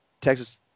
Texas